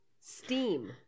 steam